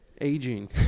aging